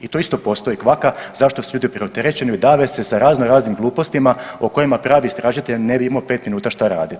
I tu isto postoji kvaka zašto su ljudi preopterećeni, dave se sa razno raznim glupostima u kojima pravi istražitelj ne bi imao pet minuta šta raditi.